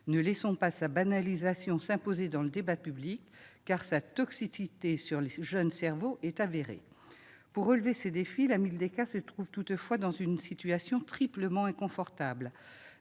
Ne laissons pas sa banalisation s'imposer dans le débat public, car sa toxicité sur les jeunes cerveaux est avérée ! Pour relever ces défis, la Mildeca se trouve toutefois dans une situation triplement inconfortable.